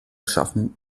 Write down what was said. schaffen